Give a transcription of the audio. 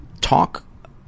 talk